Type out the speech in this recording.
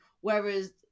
Whereas